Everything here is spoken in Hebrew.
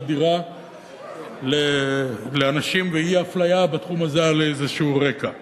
דירה לאנשים ואי-הפליה בתחום הזה על רקע כלשהו.